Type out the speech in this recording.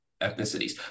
ethnicities